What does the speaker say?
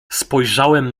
spojrzałem